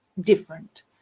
different